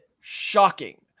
shocking